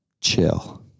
Chill